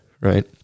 right